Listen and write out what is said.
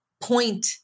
point